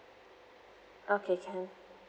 okay can